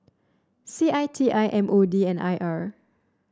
C I T I M O D and I R